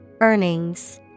Earnings